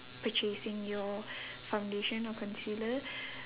purchasing your foundation or concealer